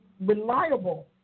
reliable